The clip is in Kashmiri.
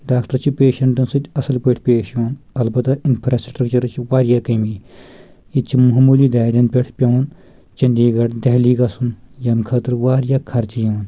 ڈاکٹر چھِ پیشنٹن سۭتۍ اصل پٲٹھۍ پیش یِوان البتہ انفراسٹرکچرٕچ چھِ واریاہ کٔمی یتہِ چھِ مہمولی دادٮ۪ن پٮ۪ٹھ پیٚوان چنٛدی گڑھ دہلی گژھُن ییٚمہِ خٲطرٕ واریاہ خرچہِ یِوان